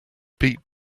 beat